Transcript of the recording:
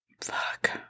Fuck